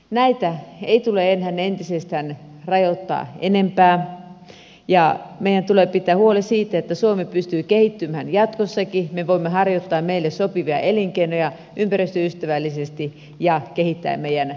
näitä ei tule enää entisestään rajoittaa enempää ja meidän tulee pitää huoli siitä että suomi pystyy kehittymään jatkossakin ja että me voimme harjoittaa meille sopivia elinkeinoja ympäristöystävällisesti ja kehittää meidän luontomme käyttöä